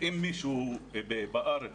אם מישהו בארץ